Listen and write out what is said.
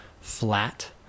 flat